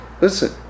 Listen